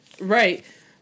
Right